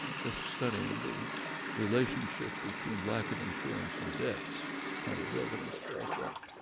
just studying the relationship between lack of insurance and deaths. there's plenty of evidence about that.